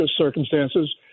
circumstances